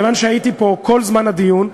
כיוון שהייתי פה כל זמן הדיון,